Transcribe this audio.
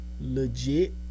Legit